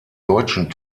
deutschen